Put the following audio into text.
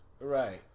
right